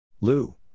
Lou